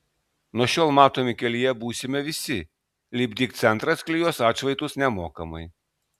nuo šiol matomi kelyje būsime visi lipdyk centras klijuos atšvaitus nemokamai